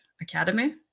academy